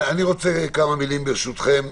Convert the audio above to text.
אני רוצה לומר כמה מילים, ברשותכם.